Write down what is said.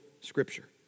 scripture